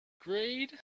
grade